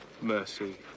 mercy